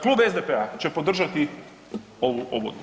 Klub SDP-a će podržati ovo.